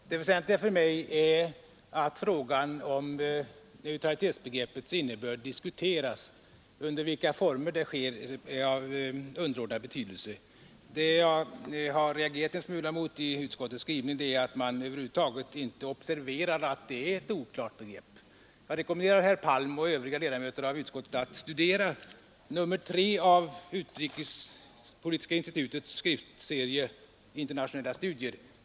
Fru talman! 'Det väsentliga för mig är att frågan om neutralitetsbegreppets innebörd diskuteras; under vilka former det sker är av underordnad betydelse. Vad jag reagerat mot i utskottets skrivning är att man över huvud taget inte observerar att det är ett oklart begrepp. Jag rekommenderar herr Palm och övriga ledamöter av utskottet att studera nr 3 av Utrikespolitiska institutets tidskrift Internationella studier.